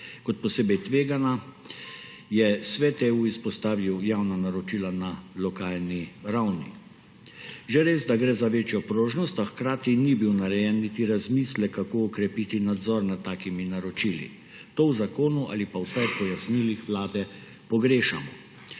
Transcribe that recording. Kot posebej tvegana je Svet EU izpostavil javna naročila na lokalni ravni. Že res, da gre za večjo prožnost, a hkrati ni bil narejen niti razmislek, kako okrepiti nadzor nad takimi naročili. To v zakonu ali pa vsaj pojasnilih Vlade pogrešamo.